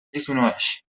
disminueix